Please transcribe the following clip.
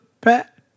Pat